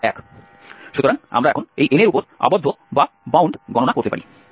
সুতরাং আমরা এখন এই n এর উপর আবদ্ধ গণনা করতে পারি